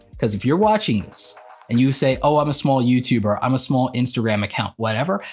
cause if you're watching this and you say, oh i'm a small youtuber, i'm a small instagram account, whatever,